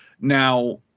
Now